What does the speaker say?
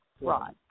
Right